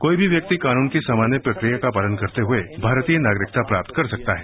कोई भी व्यक्ति कानून की सामान्य प्रक्रिया का पालन करते हुए भारतीय नागरिकता प्राप्त कर सकता है